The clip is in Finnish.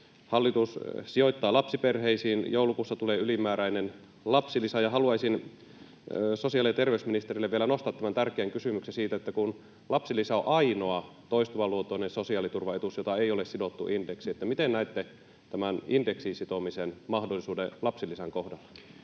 hallitus sijoittaa lapsiperheisiin. Joulukuussa tulee ylimääräinen lapsilisä, ja haluaisin sosiaali- ja terveysministerille vielä nostaa tämän tärkeän kysymyksen: kun lapsilisä on ainoa toistuvaluontoinen sosiaaliturvaetuus, jota ei ole sidottu indeksiin, miten näette tämän indeksiin sitomisen mahdollisuuden lapsilisän kohdalla?